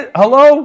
hello